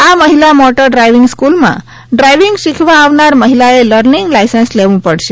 આ મહિલા motor driving સ્ક્રૂલમાં ડ્રાઇવિંગ શીખવા આવનારમહિલાએ લર્નિંગ લાયસન્સ લેવું પડશે